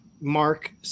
Mark